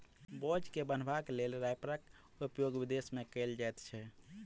बोझ के बन्हबाक लेल रैपरक उपयोग विदेश मे कयल जाइत छै